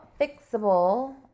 fixable